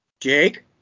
Jake